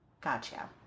Gotcha